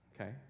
okay